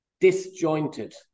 disjointed